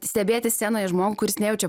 stebėti scenoje žmogų kuris nejaučia